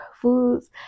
foods